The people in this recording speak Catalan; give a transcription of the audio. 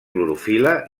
clorofil·la